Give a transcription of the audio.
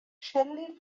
shelley